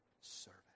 servant